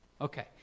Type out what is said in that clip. Okay